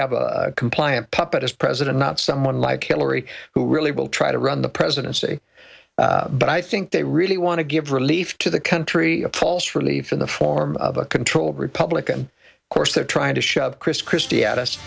have a compliant puppet as president not someone like hillary who really will try to run the presidency but i think they really want to give relief to the country a false relief in the form of a controlled republican course they're trying to shove chris christie at us